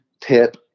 tip